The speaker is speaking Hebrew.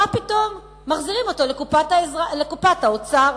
מה פתאום, מחזירים אותו לקופת האוצר.